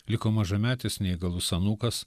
liko mažametis neįgalus anūkas